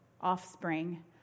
offspring